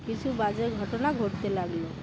কিছু বাজে ঘটনা ঘটতে লাগল